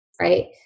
right